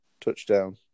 touchdown